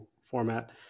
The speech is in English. format